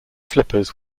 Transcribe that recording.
flippers